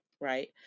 right